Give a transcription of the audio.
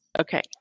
Okay